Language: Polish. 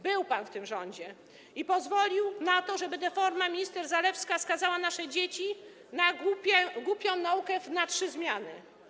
Był pan w tym rządzie i pozwolił na to, żeby deformą minister Zalewska skazała nasze dzieci na głupią naukę na trzy zmiany.